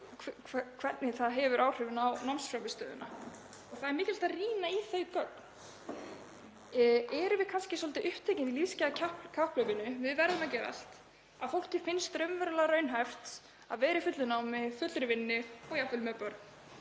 hvernig það hefur áhrif á námsframmistöðuna og það er mikilvægt að rýna í þau gögn. Erum við kannski svolítið upptekin í lífsgæðakapphlaupinu, við verðum að gera allt, að fólki finnst raunverulega raunhæft að vera í fullu námi, í fullri vinnu og jafnvel